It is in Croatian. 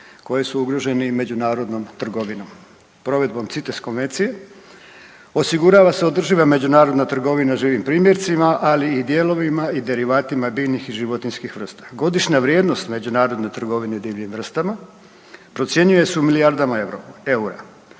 koje su ugrožene i međunarodnom trgovinom. Provedbom CITES konvencije osigurava se održiva međunarodna trgovina živim primjercima, ali i dijelovima i derivatima biljnih i životinjskih vrsta. Godišnja vrijednost međunarodne trgovine divljim vrstama procjenjuje se u milijardama Eura,